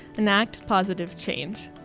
enact positive change.